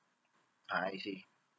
I see